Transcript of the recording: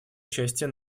участие